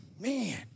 man